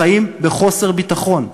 חיים בחוסר ביטחון,